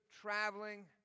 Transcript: traveling